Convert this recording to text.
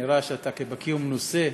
אתה נראה כבקי ומנוסה,